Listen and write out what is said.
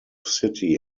city